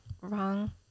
wrong